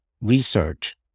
research